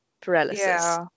paralysis